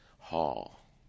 hall